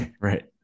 right